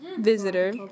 visitor